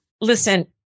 Listen